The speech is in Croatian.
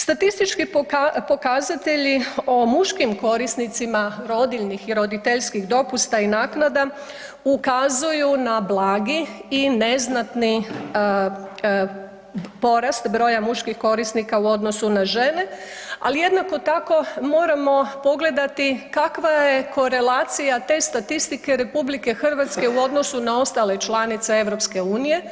Statistički pokazatelji o muškim korisnicima rodiljnih i roditeljskih dopusta i naknada ukazuju na blagi i neznatni porast broja muških korisnika u odnosu na žene, ali jednako tako moramo pogledati kakva je korelacija te statistike RH u odnosu na ostale članice EU.